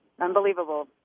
Unbelievable